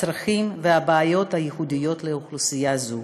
הצרכים והבעיות הייחודיות לאוכלוסייה זו.